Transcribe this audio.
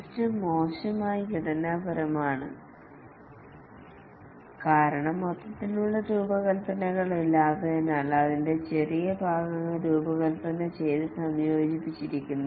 system മോശമായി ഘടനാപരമാണ് കാരണം മൊത്തത്തിലുള്ള രൂപകൽപ്പനകളില്ലാത്തതിനാൽ അതിന്റെ ചെറിയ ഭാഗങ്ങൾ രൂപകൽപ്പന ചെയ്ത് സംയോജിപ്പിച്ചിരിക്കുന്നു